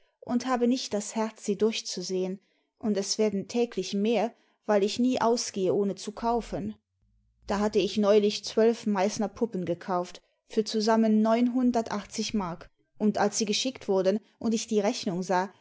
und habe nicht das herz sie durchzusehen und es werden täglich mehr weil ich nie ausgehe ohne zu kaufen da hatte ich neulich zwölf meißner puppen gekauft für zusammen neunhundertundachtzig mark imd als sie geschickt wurden und ich die rechnung sah